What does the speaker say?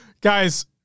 Guys